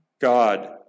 God